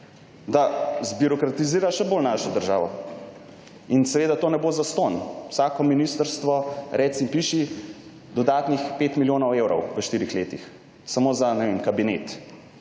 da zbirokratizira še bolj našo državo. In seveda, to ne bo zastonj. Vsako ministrstvo, reci piši, dodatnih 5 milijonov evrov v 4 letih, samo za, ne vem, kabinet.